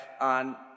on